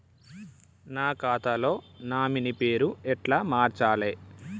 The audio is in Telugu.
నా ఖాతా లో నామినీ పేరు ఎట్ల మార్చాలే?